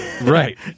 Right